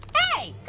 hey,